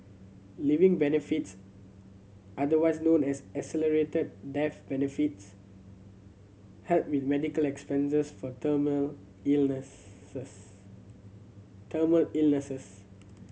living benefits otherwise known as accelerated death benefits help with medical expenses for terminal illnesses terminal illnesses